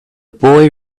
boy